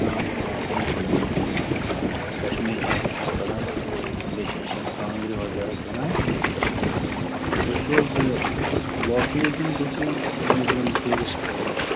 آ بلکُل بلکُل بلکُل آ أسۍ چھِ کشمیٖر آرٹَس سۭتۍ کران تہٕ بیٚیہِ چھِ أسۍ یم کانٛگرِ وغیرہ کٕنان تہٕ تُہۍ چھِو حظ یہِ لوکلٕے کِنہٕ تُہۍ چھِو نیٚبرِم ٹوٗرسٹ وغیرہ